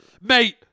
Mate